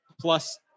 plus